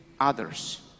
others